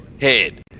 head